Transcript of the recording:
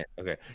Okay